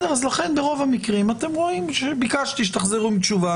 לכן ברוב המקרים אתם רואים שביקשתי שתחזרו עם תשובה,